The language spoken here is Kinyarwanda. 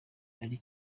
ari